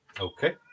Okay